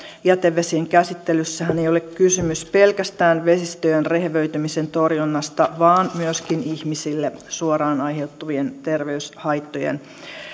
jätevesien käsittelyssähän ei ole kysymys pelkästään vesistöjen rehevöitymisen torjunnasta vaan myöskin ihmisille suoraan aiheutuvien terveyshaittojen